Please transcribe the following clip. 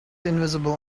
invisible